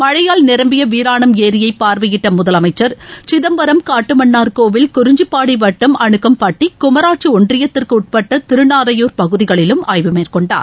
மழையால் நிரம்பிய வீராணம் ஏரியை பார்வையிட்ட முதலமைச்சர் சிதம்பரம் குறிஞ்சிப்பாடி வட்டம் அனுக்கம்பட்டி குமாரட்சி ஒன்றியத்திற்கு உட்பட்ட திருநாரையூர் பகுதிகளிலும் ஆய்வு மேற்கொண்டார்